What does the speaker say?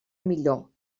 millor